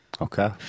okay